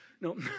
No